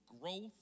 growth